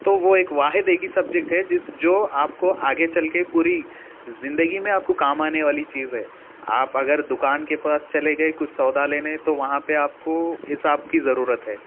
تو وہ ایک واحد ایک ہی سبجیکٹ ہے جس جو آپ کو آگے چل کے پوری زندگی میں آپ کو کام آنے والی چیز ہے آپ اگر دکان کے پاس چلے گئے کچھ سودا لینے تو وہاں پہ آپ کو حساب کی ضرورت ہے